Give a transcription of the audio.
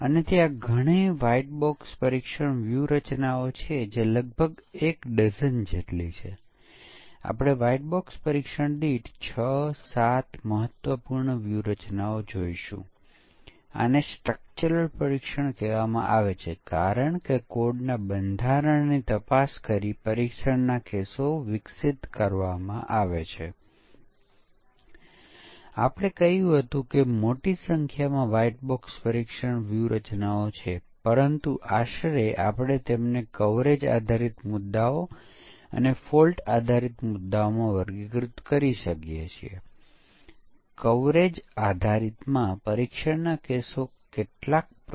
તેનો ખરેખર અર્થ શું છે જો કોઈ યુનિટને કોઈ બીજા યુનિટ માંથી કોલ કરવાની જરૂર હોય અને તે પોતે પણ કેટલાક અન્ય એકમોને પણ કોલ કરે તો પછી તમારે તેનું સ્વતંત્ર રીતે પરીક્ષણ કરવા ડ્રાઇવર્સ અને સ્ટબ્સ તરીકે ઓળખાતા નાના સોફ્ટવેર લખવા પડશે